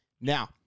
Now